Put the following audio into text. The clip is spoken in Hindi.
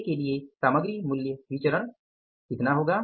ए के लिए सामग्री मूल्य विचलन एमपीवी कितना होगा